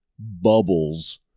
Bubbles